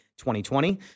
2020